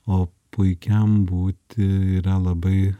o puikiam būti yra labai